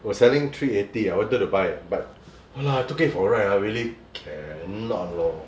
was selling three eighty I wanted to buy but !walao! I took it for a ride ah really cannot lor